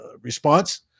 response